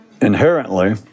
inherently